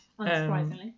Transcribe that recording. unsurprisingly